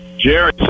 Jerry